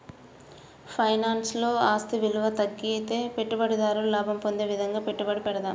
ఫైనాన్స్లో, ఆస్తి విలువ తగ్గితే పెట్టుబడిదారుడు లాభం పొందే విధంగా పెట్టుబడి పెట్టడం